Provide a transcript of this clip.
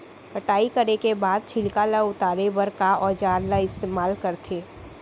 कटाई करे के बाद छिलका ल उतारे बर का औजार ल इस्तेमाल करथे?